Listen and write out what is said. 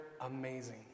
amazing